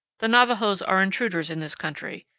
the navajos are intruders in this country.